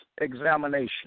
examination